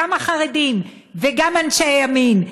גם החרדים וגם אנשי הימין,